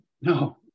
No